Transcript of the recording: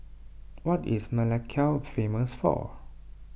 what is Melekeok famous for